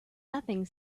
nothing